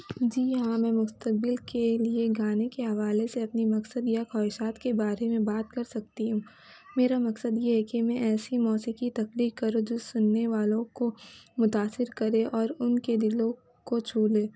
جی ہاں میں مستقبل کے لیے گانے کے حوالے سے اپنی مقصد یا خواہشات کے بارے میں بات کر سکتی ہوں میرا مقصد یہ ہے کہ میں ایسی موسیقی تخلیق کروں جو سننے والوں کو متاثر کرے اور ان کے دلوں کو چھو لے